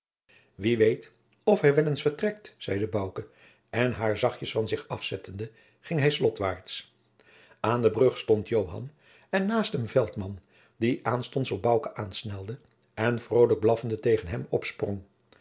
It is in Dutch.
wie weet of hij wel eens vertrekt zeide bouke en haar zachtjens van zich afzettende ging hij slotwaart aan de brug stond joan en naast hem veltman die aanstonds op bouke aansnelde en vrolijk blaffende tegen hem opsprong